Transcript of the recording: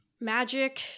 magic